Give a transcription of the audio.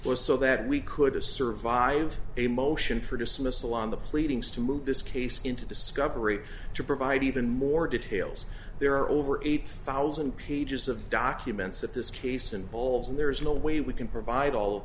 or so that we could to serve vive a motion for dismissal on the pleadings to move this case into discovery to provide even more details there are over eight thousand pages of documents of this case and bowls and there is no way we can provide all of